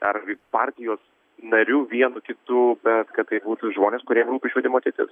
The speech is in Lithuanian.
ar partijos narių vienu kitu kad tai būtų žmonės kuriem rūpi švietimo ateitis